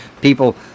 people